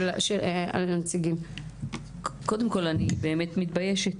אני באמת מתביישת.